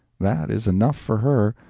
that is enough for her,